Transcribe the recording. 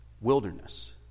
Wilderness